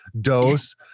dose